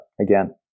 again